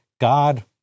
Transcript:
God